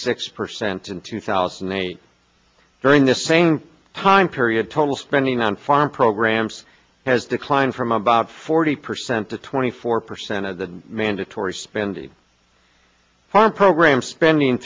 six percent in two thousand and eight during the same time period total spending on farm programs has declined from about forty percent to twenty four percent of the mandatory spending farm program spending